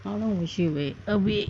how long was she away away